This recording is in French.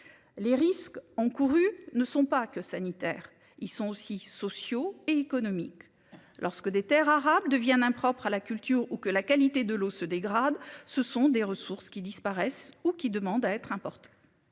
Les risques encourus ne sont pas que sanitaires. Ils sont aussi sociaux et économiques lorsque des Terres arables deviennent impropres à la culture ou que la qualité de l'eau se dégrade. Ce sont des ressources qui disparaissent ou qui demande à être importe.